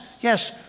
yes